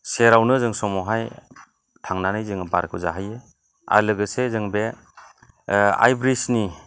सेरावनो जों समावहाय थांनानै जोङो बारखौ जाहैयो आर लोगोसे जोङो बे आइ ब्रिड्जनि